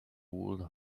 would